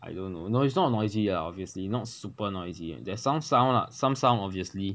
I don't know it's not noisy lah obviously not super noisy there's some sound lah some sound obviously